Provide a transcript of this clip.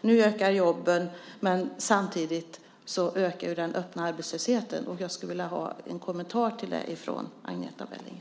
Nu ökar jobben, men samtidigt ökar den öppna arbetslösheten. Jag skulle vilja ha en kommentar till det från Agneta Berliner.